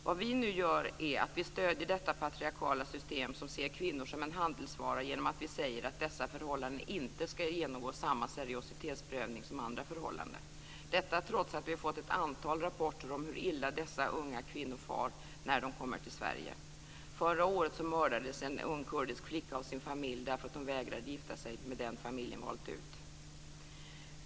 Vad vi nu gör att vi stöder detta patriarkala system som ser kvinnor som en handelsvara genom att vi säger att dessa förhållanden inte ska genomgå samma seriositetsprövning som andra förhållanden. Detta trots att vi fått ett antal rapporter om hur illa dessa unga kvinnor far när de kommer till Sverige. Förra året mördades en ung kurdisk flicka av sin familj därför att hon vägrade gifta sig med den familjen valt ut.